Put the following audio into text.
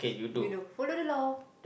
you do follow the law